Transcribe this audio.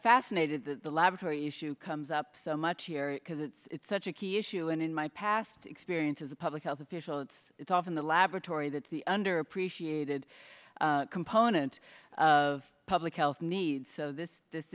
fascinated that the laboratory issue comes up so much here because it's such a key issue and in my past experience as a public health official it's it's often the laboratory that the underappreciated component of public health needs so this this